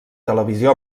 televisió